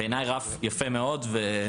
בעיניי, רף יפה מאוד.